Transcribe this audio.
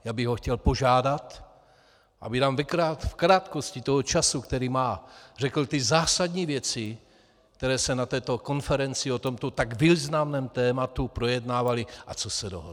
Já bych ho chtěl požádat, aby nám v krátkosti toho času, který má, řekl ty zásadní věci, které se na této konferenci o tomto tak významném tématu, projednávaly a co se dohodlo.